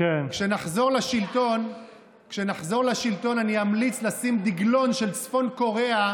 כשנחזור לשלטון אמליץ לשים דגלון של צפון קוריאה